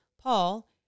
Paul